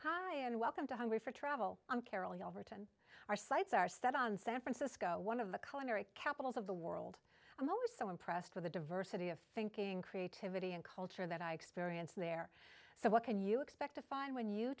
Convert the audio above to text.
hi and welcome to hungry for travel i'm carol yelverton our sights are set on san francisco one of the color a capitals of the world i'm always so impressed with the diversity of thinking creativity and culture that i experience there so what can you expect to find when you